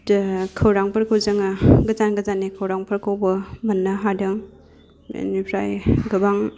खौरांफोरखौ जोङो गोजान गोजाननि खौरांफोरखौबो मोन्नो हादों बेनिफ्राय गोबां